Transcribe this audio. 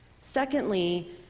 Secondly